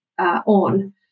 on